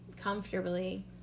comfortably